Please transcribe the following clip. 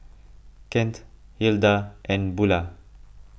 Kent Hilda and Bulah